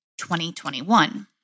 2021